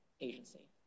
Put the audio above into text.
agency